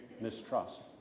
mistrust